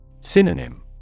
Synonym